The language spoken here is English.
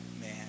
man